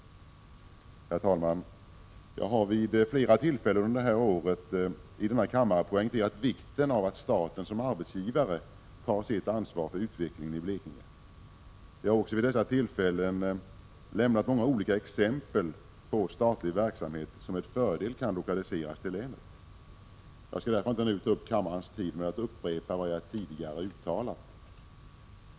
Herr talman! Jag har vid flera tillfällen detta år i denna kammare poängterat vikten av att staten som arbetsgivare tar sitt ansvar för utvecklingen i Blekinge. Jag har också vid dessa tillfällen anfört många exempel på statlig verksamhet som med fördel kan lokaliseras till länet. Jag skall därför inte nu uppta kammarens tid med att upprepa vad jag tidigare har uttalat.